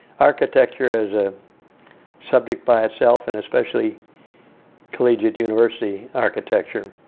architecture is a subject by itself. and especially collegiate university architecture.